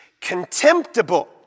contemptible